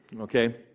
Okay